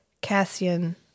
Cassian